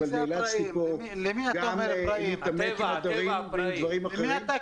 אבל נאלצתי פה להתעמת עם עדרים ועם דברים אחרים.